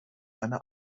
eine